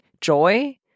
joy